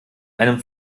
einem